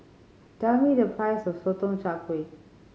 tell me the price of Sotong Char Kway